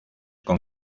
con